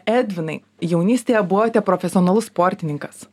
edvinai jaunystėje buvote profesionalus sportininkas